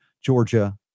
Georgia